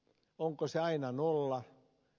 onko se aina nolla